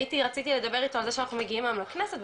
רציתי לדבר איתו על זה שאנחנו מגיעים היום לכנסת,